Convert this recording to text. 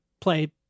play